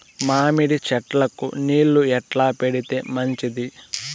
మామిడి చెట్లకు నీళ్లు ఎట్లా పెడితే మంచిది?